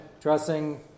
dressing